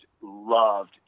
loved